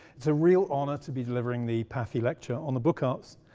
it's a real honour to be delivering the pathy lecture on the book arts.